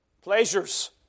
pleasures